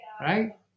Right